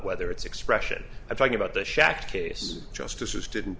whether it's expression and talking about the shack case justices didn't